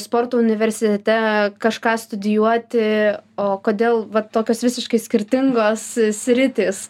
sporto universitete kažką studijuoti o kodėl vat tokios visiškai skirtingos sritys